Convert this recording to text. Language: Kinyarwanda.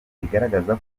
igaragaza